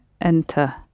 enter